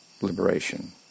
liberation